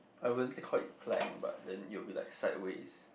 I wouldn't call it plank but then it will be like sideways